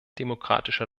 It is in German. demokratische